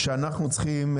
שאנחנו צריכים,